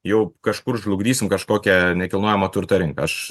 jau kažkur žlugdysim kažkokią nekilnojamo turto rinką aš